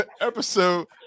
episode